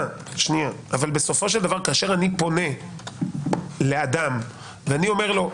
--- פונה לאדם ואומר לו: